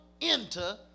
enter